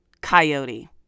coyote